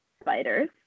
spiders